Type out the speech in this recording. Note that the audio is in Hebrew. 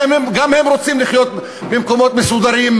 גם הם רוצים לחיות במקומות מסודרים,